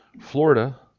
Florida